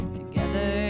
together